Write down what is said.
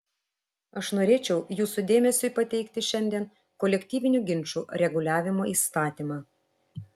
aš norėčiau jūsų dėmesiui pateikti šiandien kolektyvinių ginčų reguliavimo įstatymą